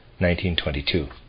1922